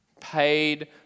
paid